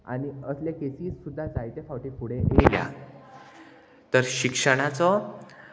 आनी असले केसीस सुद्दां जायते फावटी फुडें येयल्या तर शिक्षणाचो